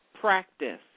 practice